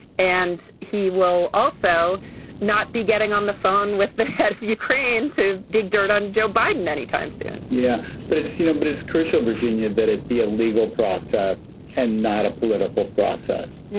and he will also not be getting on the phone with the head for ukraine to dig dirt on joe biden anytime soon yeah but it is you know but it is crucial virginia that it be a legal process and not a political process.